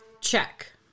Check